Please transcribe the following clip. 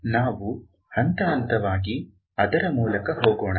ನಾವು ಹಂತ ಹಂತವಾಗಿ ಅದರ ಮೂಲಕ ಹೋಗೋಣ